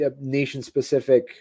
nation-specific